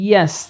Yes